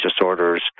disorders